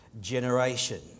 generation